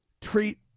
treat